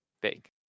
big